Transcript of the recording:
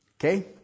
Okay